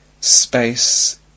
space